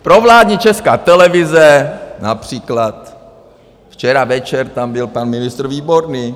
Provládní Česká televize, například včera večer tam byl pan ministr Výborný.